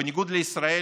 בניגוד לישראל,